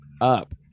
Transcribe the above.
up